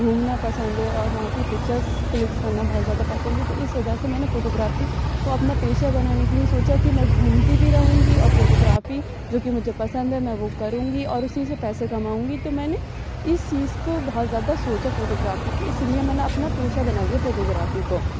گھومنا پسند ہے اور وہاں کی پکچرز کلیکس کرنا بہت زیادہ پسند ہے تو اس وجہ سے میں نے فوٹوگرافی کو اپنا پیشہ بنانے کے لیے سوچا کی میں گھومتی بھی رہوں گی اور فوٹوگرافی جو کہ مجھے پسند ہے میں وہ کروں گی اور اسی سے پیسے کماؤں گی تو میں نے اس چیز کو بہت زیادہ سوچا فوٹوگرافی کی اسی لیے میں نے اپنا پیشہ بنا لیا فوٹوگرافی کو